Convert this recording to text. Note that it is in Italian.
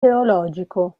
teologico